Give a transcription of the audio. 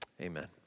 Amen